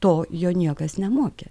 to jo niekas nemokė